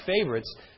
favorites